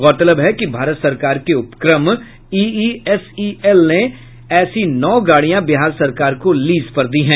गौरतलब है कि भारत सरकार के उपक्रम ईईएसईएल ने ऐसी नौ गाड़ियां बिहार सरकार को लीज पर दी हैं